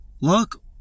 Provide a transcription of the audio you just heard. Look